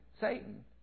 Satan